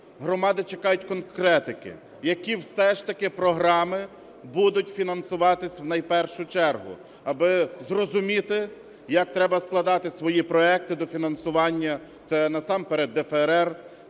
Громади чекають конкретики, які все ж таки програми будуть фінансуватися в найпершу чергу, аби зрозуміти, як треба складати свої проекти до фінансування. Це насамперед ДФРР,